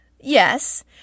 Yes